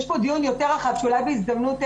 יש פה דיון יותר רחב שאולי בהזדמנות,